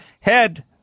Head